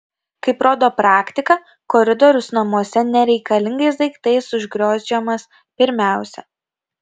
kaip rodo praktika koridorius namuose nereikalingais daiktais užgriozdžiamas pirmiausia